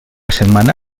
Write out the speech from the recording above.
setmana